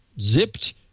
zipped